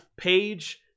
page